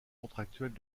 contractuelle